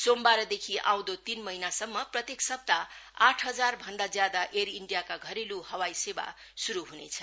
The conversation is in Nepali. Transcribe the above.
सोमबारदेखि आउँदो तीन महिनासम्म प्रत्येक सप्ताह आठ हाजर भन्दा ज्यादा एयर इन्डियाका घरेलू हवाई सेवा शुरू हुनेछ